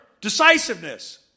decisiveness